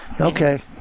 Okay